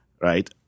right